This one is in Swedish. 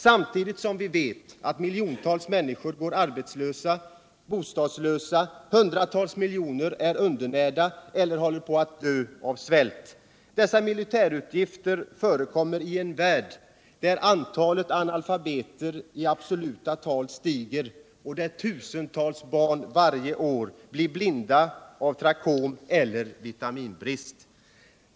Samtidigt vet vi att miljontals människor går arbetslösa och bostadslösa, att Försvarspolitiken, hundratals miljoner är undernärda eller håller på att dö av svält. Dessa militärutgifter förekommer i en värld, där antalet analfabeter i absoluta tal stiger och där tusentals barn varje år blir blinda av trakom eller vitaminbrist.